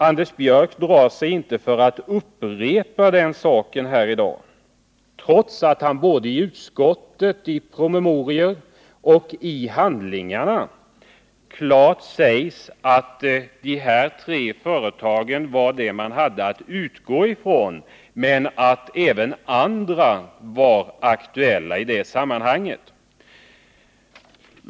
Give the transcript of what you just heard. Anders Björck drar sig inte för att upprepa detta här i dag, trots att det både i utskottet, i promemorior och i handlingarna klart sägs ifrån att de här tre företagen var vad man hade att utgå ifrån, men att även andra företag var aktuella i sammanhanget.